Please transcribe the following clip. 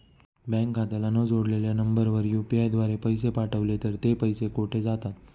Bank खात्याला न जोडलेल्या नंबरवर यु.पी.आय द्वारे पैसे पाठवले तर ते पैसे कुठे जातात?